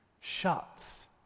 shuts